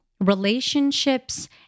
relationships